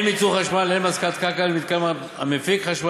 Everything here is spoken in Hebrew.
הן מייצור חשמל הן מהשכרת קרקע למתקן המפיק חשמל